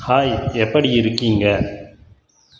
hi எப்படி இருக்கீங்க